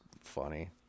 funny